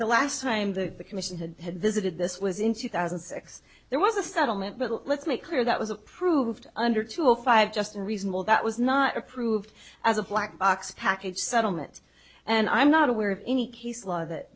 the last time the commission had had visited this was in two thousand and six there was a settlement but let's make clear that was approved under two or five just reasonable that was not approved as a black box package settlement and i'm not aware of any case law